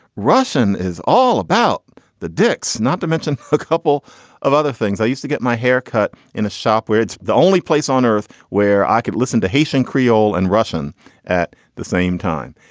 russian is all about the dicks. not to mention a couple of other things. i used to get my haircut in a shop where it's the only place on earth where i could listen to haitian creole and russian at the same time.